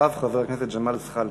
אחריו, חבר הכנסת ג'מאל זחאלקה.